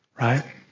Right